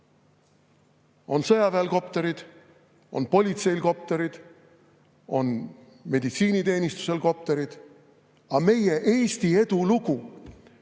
On sõjaväel kopterid, on politseil kopterid, on meditsiiniteenistusel kopterid. Aga meie, Eesti edulugu